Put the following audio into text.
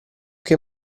che